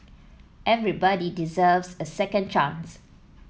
everybody deserves a second chance